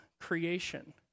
creation